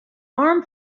arm